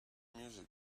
music